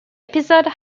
episode